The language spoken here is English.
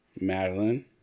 madeline